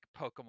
pokemon